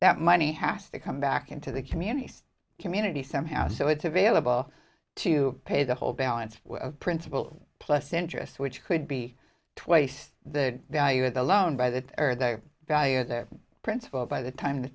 that money has to come back into the communities community somehow so it's available to pay the whole balance of principal plus interest which could be twice the value of the loan by that or the value of their principal by the time the